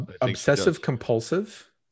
Obsessive-compulsive